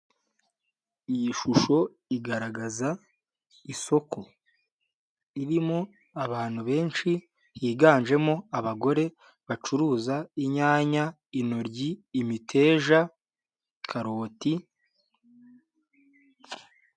Iyi shusho igaragaza isoko ririmo abantu benshi higanjemo abagore bacuruza inyanya, intoryi, imiteja, karoti.